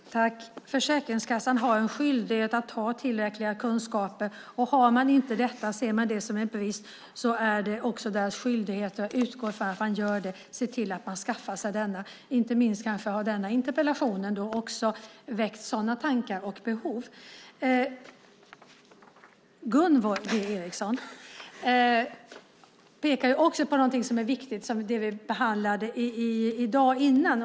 Herr talman! Försäkringskassan har en skyldighet att ha tillräckliga kunskaper, och om de inte har det och ser det som en brist är det deras skyldighet - jag utgår från att de gör det - att se till att skaffa sig dem. Inte minst kanske denna interpellation väcker sådana tankar och behov. Gunvor G Ericson pekar också på någonting som är viktigt som behandlades tidigare i dag.